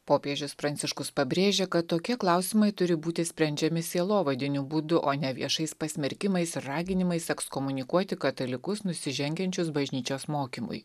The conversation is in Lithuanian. popiežius pranciškus pabrėžė kad tokie klausimai turi būti sprendžiami sielovadiniu būdu o ne viešais pasmerkimais ir raginimais ekskomunikuoti katalikus nusižengiančius bažnyčios mokymui